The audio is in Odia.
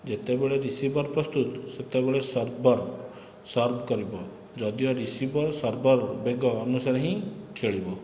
ଯେତେବେଳେ ରିସିଭର ପ୍ରସ୍ତୁତ ସେତେବେଳେ ସର୍ଭର ସର୍ଭ କରିବ ଯଦିଓ ରିସିଭର ସର୍ଭର ବେଗ ଅନୁସାରେ ହିଁ ଖେଳିବ